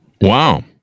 Wow